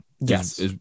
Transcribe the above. Yes